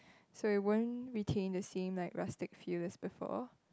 so it won't retain the same like rustic feel as before